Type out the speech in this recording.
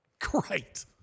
Great